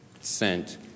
sent